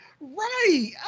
Right